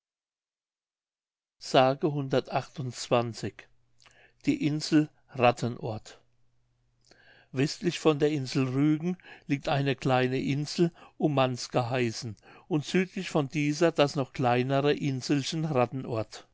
die insel rattenort westlich von der insel rügen liegt eine kleine insel ummanz geheißen und südlich von dieser das noch kleinere inselchen